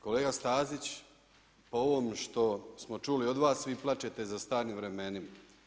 Kolega Stazić, po ovom što smo čuli od vas vi plačete za starim vremenima.